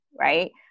right